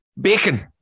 bacon